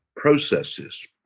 processes